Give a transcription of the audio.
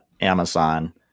Amazon